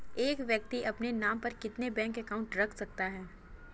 एक व्यक्ति अपने नाम पर कितने बैंक अकाउंट रख सकता है?